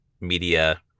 media